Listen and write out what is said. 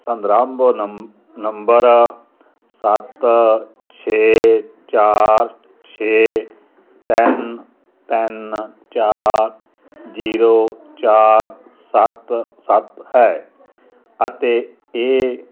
ਸਨਦਰੰਬ number ਸਤ ਛੇ ਚਾਰ ਛੇ ਤਿੰਨ ਤਿੰਨ ਚਾਰ ਜੀਰੋ ਚਾਰ ਸੱਤ ਸੱਤ ਹੈ ਅਤੇ ਇਹ